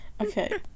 Okay